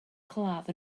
claf